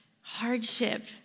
hardship